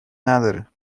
نداره